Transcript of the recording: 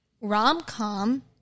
rom-com